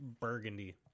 burgundy